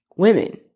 women